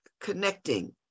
connecting